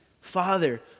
Father